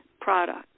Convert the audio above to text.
product